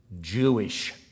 Jewish